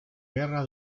guerra